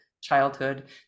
childhood